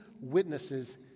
witnesses